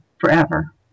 forever